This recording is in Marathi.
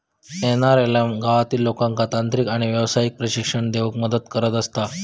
एन.आर.एल.एम गावातील लोकांका तांत्रिक आणि व्यावसायिक प्रशिक्षण देऊन मदतच करत असता